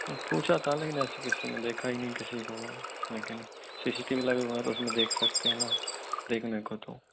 नहीं पूछा था लेकिन ऐसे किसी ने देखा ही नहीं किसी को लेकिन सी सी टी वी लगे हुए है तो उसमें देख सकते हैं न देखने को तो